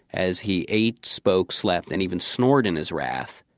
as he ate, spoke, slept and even snored in his wrath.